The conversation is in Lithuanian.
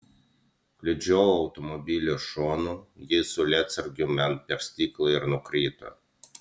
kliudžiau automobilio šonu ji su lietsargiu man per stiklą ir nukrito